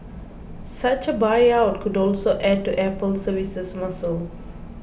such a buyout would also add to Apple's services muscle